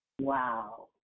Wow